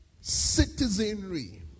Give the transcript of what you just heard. citizenry